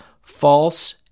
false